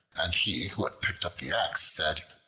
and he who had picked up the axe said,